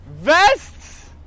VESTS